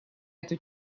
эту